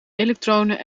elektronen